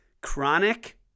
Chronic